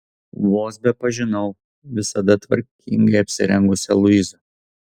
vos bepažinau visada tvarkingai apsirengusią luizą